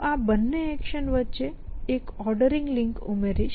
હું આ બંને એક્શન વચ્ચે એક ઓર્ડરિંગ લિંક ઉમેરીશ